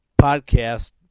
podcast